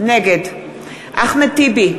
נגד אחמד טיבי,